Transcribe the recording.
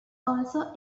also